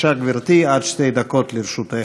בבקשה, גברתי, עד שתי דקות לרשותך.